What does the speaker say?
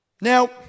Now